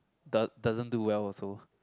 doe~ doesn't do well also